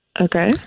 Okay